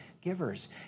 givers